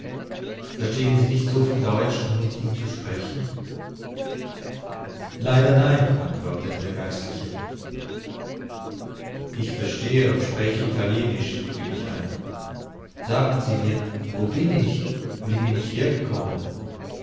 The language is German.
verstehen sie nicht so viel deutsch um mit ihm zu sprechen leider nein antwortete der geistliche ich verstehe und spreche italienisch fiel ich ein sagen sie mir wo bin ich wie bin ich hergekommen